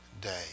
day